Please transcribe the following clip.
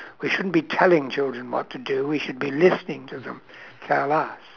we shouldn't be telling children what to do we should be listening to them tell us